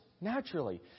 naturally